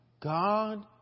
God